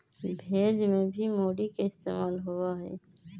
भेज में भी मूरी के इस्तेमाल होबा हई